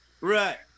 right